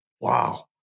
Wow